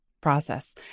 process